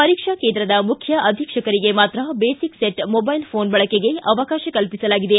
ಪರೀಕ್ಷಾ ಕೇಂದ್ರದ ಮುಖ್ಯ ಅಧೀಕ್ಷಕರಿಗೆ ಮಾತ್ರ ಬೇಸಿಕ್ ಸೆಟ್ ಮೊದೈಲ್ ಫೋನ್ ಬಳಕೆಗೆ ಅವಕಾಶ ಕಲ್ಪಿಸಲಾಗಿದೆ